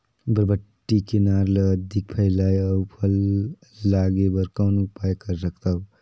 बरबट्टी के नार ल अधिक फैलाय अउ फल लागे बर कौन उपाय कर सकथव?